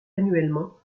annuellement